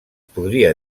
podria